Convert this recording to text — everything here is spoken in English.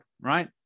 right